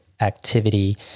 Activity